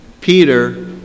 Peter